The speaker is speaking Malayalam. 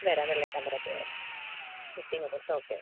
വരാം വെള്ളാട്ടമ്പലത്തിൽ വരാം സിറ്റി മൊബൈൽസ് ഓക്കെ ഓക്കെ